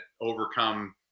overcome